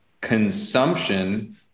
consumption